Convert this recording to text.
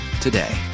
today